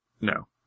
No